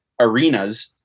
arenas